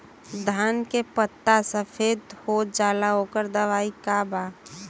धान के पत्ता सफेद हो जाला ओकर दवाई का बा?